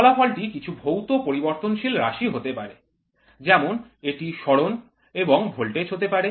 ফলাফল টি কিছু ভৌত পরিবর্তনশীল রাশি হতে পারে যেমন এটি সরণ এবং ভোল্টেজ হতে পারে